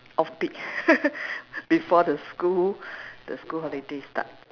off peak before the school the school holidays start